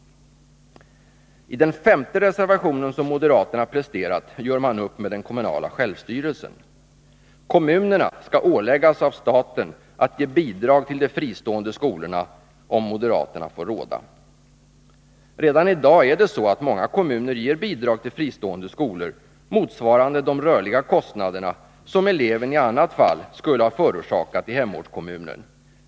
I den femte reservationen som moderaterna presterat gör man upp med den kommunala självstyrelsen. Kommunerna skall av staten åläggas att ge bidrag till de fristående skolorna, om moderaterna får råda. Redan i dag ger många kommuner bidrag till fristående skolor motsvarande de rörliga kostnader som eleven i annat fall skulle ha förorsakat i hemortskommunen.